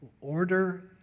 order